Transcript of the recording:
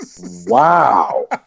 Wow